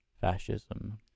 fascism